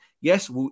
Yes